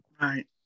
Right